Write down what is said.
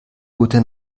gute